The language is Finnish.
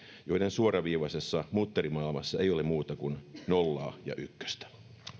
joiden suoraviivaisessa mutterimaailmassa ei ole muuta kuin nollaa ja ykköstä